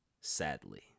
sadly